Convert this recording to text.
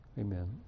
Amen